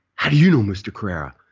how do you know mr. carrera?